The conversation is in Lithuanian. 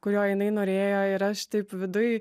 kurio jinai norėjo ir aš taip viduj